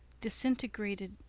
disintegrated